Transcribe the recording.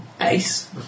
Ace